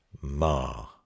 ma